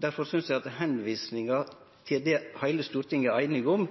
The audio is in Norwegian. Difor synest eg at å vise til det som heile Stortinget er einige om,